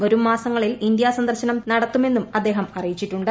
വരും മാസങ്ങളിൽ ഇന്ത്യാ സന്ദർശനം നടത്തുമെന്നും അദ്ദേഹം അറിയിച്ചുണ്ട്